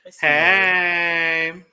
Hey